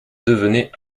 devenait